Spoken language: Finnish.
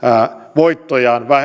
voittojaan